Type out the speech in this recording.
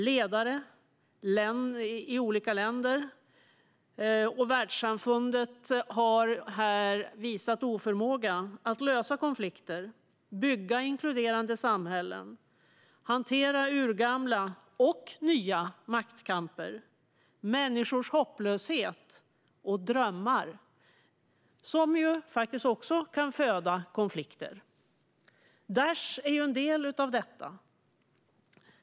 Ledare i olika länder och världssamfundet har här visat oförmåga att lösa konflikter, bygga inkluderande samhällen och hantera urgamla och nya maktkamper men också människors hopplöshet och drömmar, som faktiskt också kan föda konflikter. Daish är en del av detta.